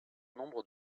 nombre